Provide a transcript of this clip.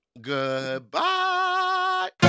Goodbye